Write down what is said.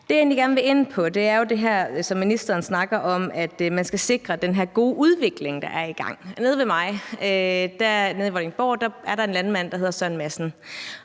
egentlig gerne vil ind på, er jo det her, som ministeren snakker om, med, at man skal sikre den gode udvikling, der er i gang. Nede hos mig, nede i Vordingborg, er der en landmand, der hedder Søren Madsen,